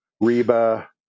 Reba